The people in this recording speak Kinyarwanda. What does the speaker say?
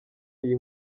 iyi